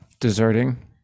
Deserting